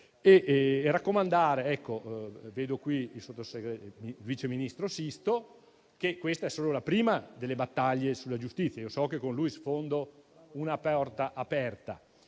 particolare al qui presente vice ministro Sisto - che questa è solo la prima delle battaglie sulla giustizia; so che con lui sfondo una porta aperta,